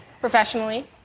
Professionally